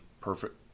perfect